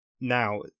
Now